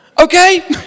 okay